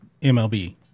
MLB